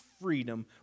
freedom